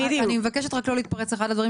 אני מבקשת רק לא להתפרץ אחד לדברי